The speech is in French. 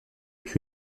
puis